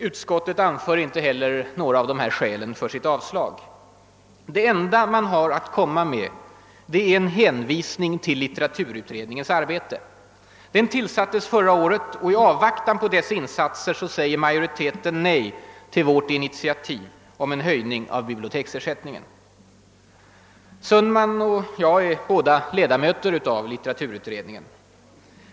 Utskottet anför inte heller några av dessa skäl för sitt avstyrkande. Det enda man har att komma med är en hänvisning till litteraturutredningens arbete. Den utredningen tillsattes förra året, och i avvaktan på dess insatser säger majoriteten nej till vårt initiativ om en höjning av biblioteksersättningen. Herr Sundman och jag är båda ledamöter av litteraturutredningen.